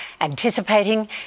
anticipating